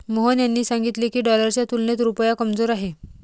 मोहन यांनी सांगितले की, डॉलरच्या तुलनेत रुपया कमजोर आहे